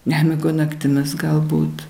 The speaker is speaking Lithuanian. nemiga naktimis galbūt